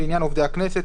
לעניין עובדי הכנסת,